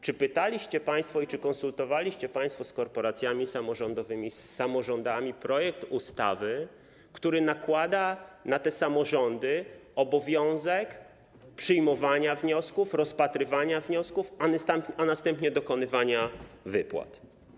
Czy pytaliście, czy konsultowaliście państwo z korporacjami samorządowymi, z samorządami projekt ustawy, który nakłada na te samorządy obowiązek przyjmowania i rozpatrywania wniosków, a następnie dokonywania wypłat?